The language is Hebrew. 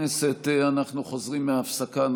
חברות וחברי הכנסת אנחנו חוזרים מההפסקה.